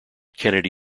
kennedy